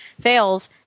fails